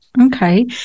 Okay